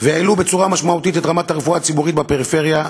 והעלו בצורה משמעותית את רמת הרפואה הציבורית בפריפריה,